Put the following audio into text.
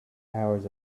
hours